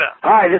Hi